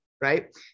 right